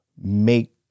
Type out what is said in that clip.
make